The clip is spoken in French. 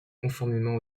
conformément